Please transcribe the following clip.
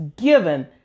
given